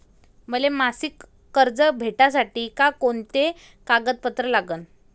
मले मासिक कर्ज भेटासाठी का कुंते कागदपत्र लागन?